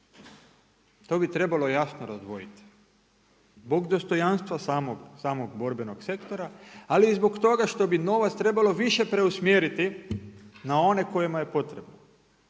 To bi trebalo jasno razdvojiti zbog dostojanstva samog borbenog sektora ali i zbog toga što bi novac trebalo više preusmjeriti na one kojima potrebno.